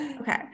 Okay